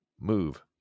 move